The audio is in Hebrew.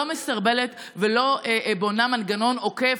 לא מסרבלת ולא בונה מנגנון עוקף,